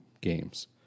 games